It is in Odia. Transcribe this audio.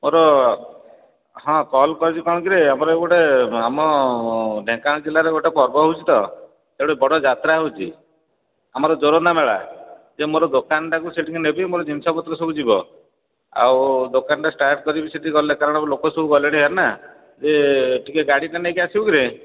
ମୋର ହଁ କଲ୍ କରିଛି କ'ଣ କିରେ ଆମର ଗୋଟେ ଆମ ଢେଙ୍କାନାଳ ଜିଲ୍ଲାରେ ଗୋଟେ ପର୍ବ ହେଉଛି ତ ସେ ଗୋଟେ ବଡ଼ ଯାତ୍ରା ହେଉଛି ଆମର ଯୋରନ୍ଦା ମେଳା ଯେ ମୋର ଦୋକାନଟାକୁ ସେଇଠିକୁ ନେବି ମୋର ଜିନିଷ ପତ୍ର ସବୁ ଯିବ ଆଉ ଦୋକାନଟା ଷ୍ଟାର୍ଟ୍ କରିବି ସେଇଠି ଗଲେ କାରଣ ଲୋକ ସବୁ ଗଲେଣି ଭାରି ନା ଏ ଟିକିଏ ଗାଡ଼ିଟା ନେଇକି ଆସିବୁ କିରେ